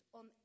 on